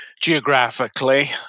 geographically